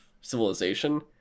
civilization